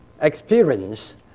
experience